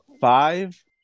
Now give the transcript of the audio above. five